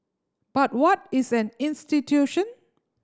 but what is an institution